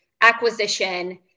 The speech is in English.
acquisition